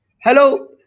Hello